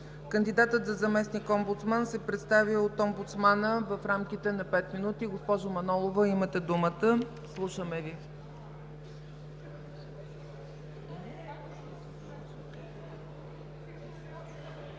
кандидатът за заместник-омбудстман се представя от омбудсмана в рамките на пет минути. Госпожо Манолова, имате думата, слушаме Ви.